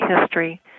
history